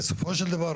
בסופו של דבר,